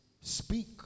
Speak